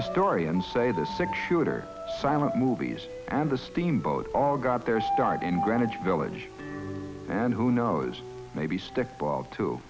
the story and say the six shooter silent movies and the steamboat all got their start in greenwich village and who knows maybe stickball to